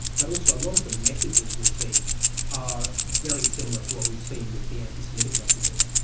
but also a lot of the messages we're seeing are very similar to what we've seen with the anti-semitic messages,